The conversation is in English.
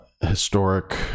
historic